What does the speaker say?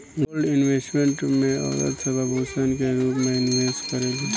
gold investment में औरत सब आभूषण के रूप में निवेश करेली